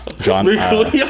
John